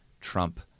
Trump—